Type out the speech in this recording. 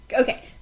Okay